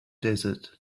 desert